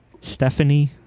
Stephanie